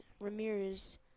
Ramirez